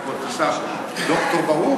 ד"ר ברהום,